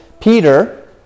Peter